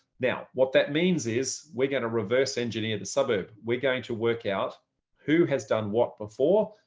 now, what that means is we're going to reverse engineer the suburb, we're going to work out who has done what before,